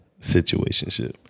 situationship